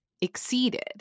exceeded